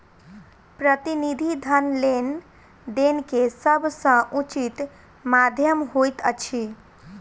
प्रतिनिधि धन लेन देन के सभ सॅ उचित माध्यम होइत अछि